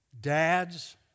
dads